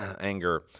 anger